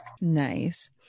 nice